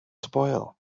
spoil